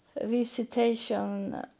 visitation